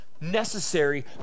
necessary